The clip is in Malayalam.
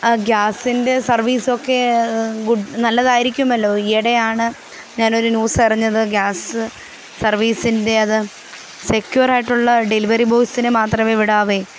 ആ ഗ്യാസിന്റെ സര്വീസൊക്കെ ഗുഡ് നല്ലതായിരിക്കുമല്ലോ ഈയിടെയാണ് ഞാനൊരു ന്യൂസ് അറിഞ്ഞത് ഗ്യാസ് സര്വീസിന്റെ അത് സെക്കുവേറായിട്ടുള്ള ഡെലിവറി ബോയ്സിനെ മാത്രമേ വിടാവൂയെ